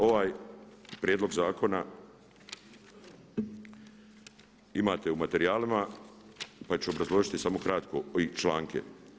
Ovaj prijedlog zakona imate u materijalima pa ću obrazložiti samo kratko članke.